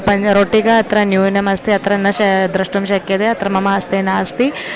पञ्च रोटिका अत्र न्यूनमस्ति अत्र न शा द्रष्टुं शक्यते अत्र मम हस्ते नास्ति